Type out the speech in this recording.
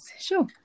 sure